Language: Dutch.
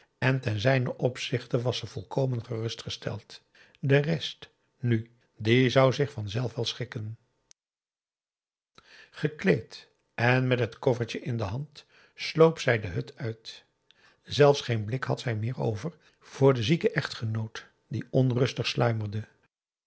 en ten zijnen opzichte was ze volkomen gerustgesteld de rest nu die zou zich vanzelf wel schikken gekleed en met het koffertje in de hand sloop zij de hut uit zelfs geen blik had zij meer over voor den zieken echtgenoot die onrustig sluimerde